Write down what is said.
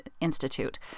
Institute